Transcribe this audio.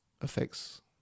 affects